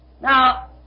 Now